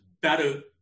better